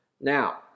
Now